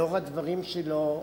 לאור הדברים שלו,